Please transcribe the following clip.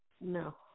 No